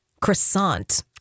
croissant